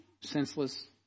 senseless